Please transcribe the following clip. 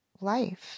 life